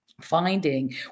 finding